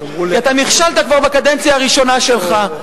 כי אתה נכשלת כבר בקדנציה הראשונה שלך.